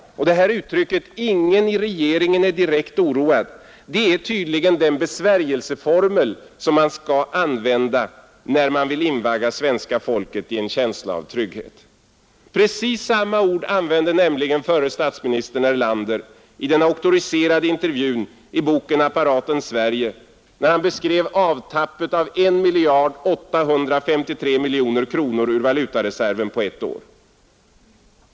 Uttrycket ”ingen i regeringen är direkt oroad” är tydligen den besvärjelseformel som man skall använda när man vill invagga svenska folket i en känsla av trygghet. Precis samma ord använde nämligen förre statsministern Erlander i den auktoriserade intervjun i boken Apparaten Sverige när han beskrev avtappet av I 853 miljoner kronor ur valutareserven under ett år.